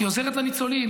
היא עוזרת לניצולים,